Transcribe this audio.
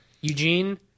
Eugene